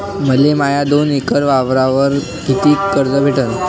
मले माया दोन एकर वावरावर कितीक कर्ज भेटन?